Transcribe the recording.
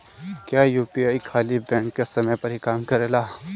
क्या यू.पी.आई खाली बैंक के समय पर ही काम करेला?